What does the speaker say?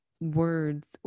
words